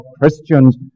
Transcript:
Christians